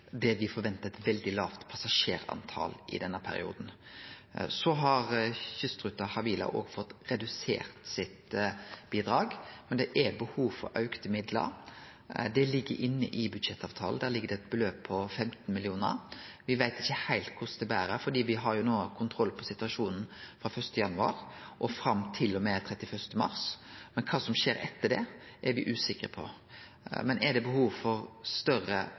det dei forventar vil vere eit veldig lågt passasjertal i denne perioden. Havila Kystruten har fått redusert sitt bidrag, men det er behov for auka midlar. Det ligg i budsjettavtalen. Der ligg det eit beløp på 15 mill. kr. Me veit ikkje heilt kvar det ber – me har no kontroll på situasjonen frå 1. januar til og med 31. mars, men kva som skjer etter det, er me usikre på. Men er det behov for større